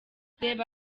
reba